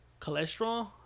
cholesterol